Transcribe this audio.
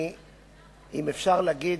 ואם אפשר להגיד,